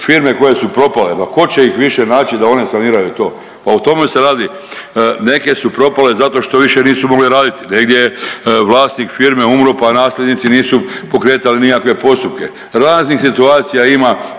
firme koje su propale, pa tko će ih više naći da one saniraju to, pa o tome se radi, neke su propale zato što više nisu mogle raditi, negdje vlasnik firme umro pa nasljednici nisu pokretali nikakve postupke, raznih situacija ima